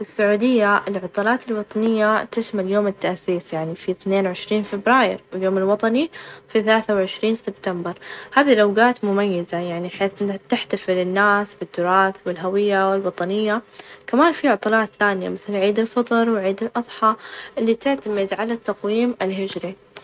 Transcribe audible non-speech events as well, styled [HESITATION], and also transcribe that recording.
في [HESITATION] يعني برأيي أصل الكون موظوع معقد، ومثير، النظريات العلمية مثل: الإنفجار العظيم توظح كيف بدأ الكون من نقطة صغيرة، وتوسع، لكن في نفس الوقت يعني في أسئلة فلسفية، ودينية حول الغرظ من الكون، ووجوده، أعتقد إنه مزيج من العلم، والتفكير العميق عن الحياة، والوجود.